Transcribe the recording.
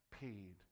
paid